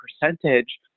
percentage